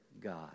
God